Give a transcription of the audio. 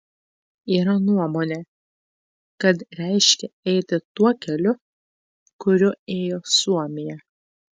yra nuomonė kad reiškia eiti tuo keliu kuriuo ėjo suomija